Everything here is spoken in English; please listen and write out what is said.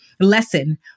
Lesson